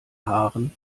haaren